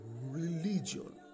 Religion